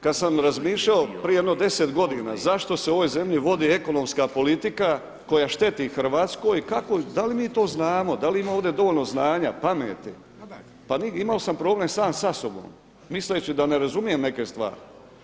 Kada sam razmišljao prije jedno deset godina zašto se u ovoj zemlji vodi ekonomska politika koja šteti Hrvatskoj, da li mi to znamo, da li ima ovdje dovoljno znanja, pameti, pa imao sam problem sam sa sobom misleći da ne razumijem neke stvari.